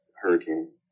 Hurricane